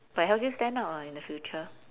but helps you stand out ah in the future